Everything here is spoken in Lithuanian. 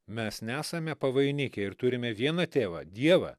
mes nesame pavainikiai ir turime vieną tėvą dievą